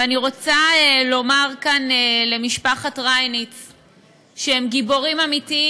ואני רוצה לומר כאן למשפחה שהם גיבורים אמיתיים.